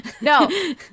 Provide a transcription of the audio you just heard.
No